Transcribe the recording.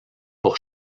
pour